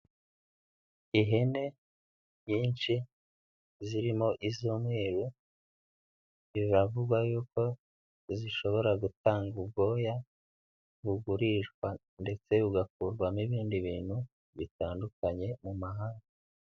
Ihene nyinshi zirimo iz'umweru biravugwa y'uko zishobora gutanga ubwoya bugurishwa ndetse bugakurwamo ibindi bintu bitandukanye mu mahanga.